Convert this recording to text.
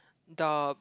the